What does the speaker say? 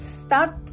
start